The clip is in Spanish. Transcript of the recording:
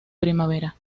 primavera